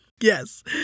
Yes